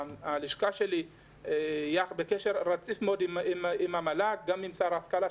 הלשכה שלי בקשר רציף מאוד עם המל"ג וישבנו עם שר ההשכלה.